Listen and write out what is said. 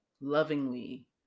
lovingly